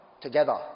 Together